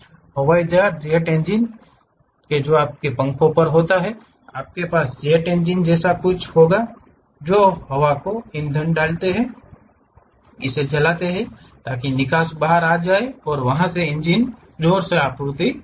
हवाई जहाज jet engine जो आपके पंखों पर होता है आपके पास जेट इंजन जैसा कुछ होगा जो हवा को एक ईंधन डालते हैं इसे जलाते हैं ताकि निकास बाहर आ जाए और वह उस इंजन के जोर से आपूर्ति कर सके